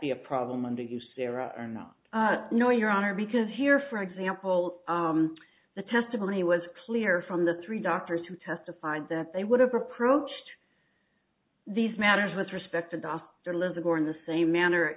be a problem to use there are no no your honor because here for example the testimony was clear from the three doctors who testified that they would have approached these matters with respect to dr lives ago in the same manner